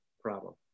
problem